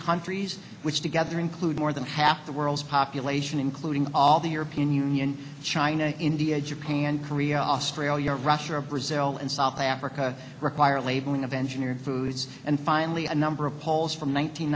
countries which together include more than half the world's population including all the european union china india japan korea australia russia brazil and south africa require labeling of engineering foods and finally a number of polls from